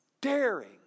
daring